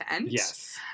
yes